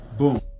Boom